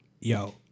Yo